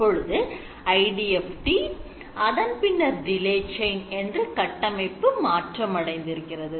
இப்பொழுது IDFT அதன் பின்னர் delay chain என்று கட்டமைப்பு மாற்றம் அடைந்து இருக்கிறது